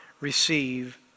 receive